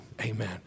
Amen